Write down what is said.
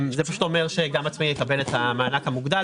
זה פשוט אומר שגם עצמאי יקבל את המענק המוגדל